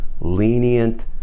lenient